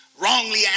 wrongly